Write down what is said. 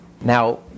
Now